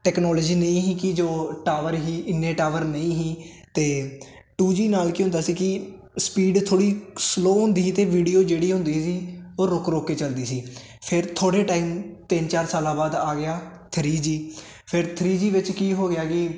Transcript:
technology ਨਹੀਂ ਕੀ ਜੋ ਟਾਵਰ ਹੀ ਇੰਨੇ ਟਾਵਰ ਨਹੀਂ ਹੀ ਤੇ ਟੂ ਜੀ ਨਾਲ ਕੀ ਹੁੰਦਾ ਸੀ ਕਿ ਸਪੀਡ ਥੋੜੀ ਸਲੋ ਹੁੰਦੀ ਤੇ ਵੀਡੀਓ ਜਿਹੜੀ ਹੁੰਦੀ ਸੀ ਉਹ ਰੁਕ ਰੁਕ ਕੇ ਚੱਲਦੀ ਸੀ ਫਿਰ ਥੋੜੇ ਟਾਈਮ ਤਿੰਨ ਚਾਰ ਸਾਲਾਂ ਬਾਅਦ ਆ ਗਿਆ ਥਰੀ ਜੀ ਫਿਰ ਥਰੀ ਜੀ ਵਿੱਚ ਕੀ ਹੋ ਗਿਆ ਕੀ